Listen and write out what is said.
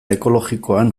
ekologikoan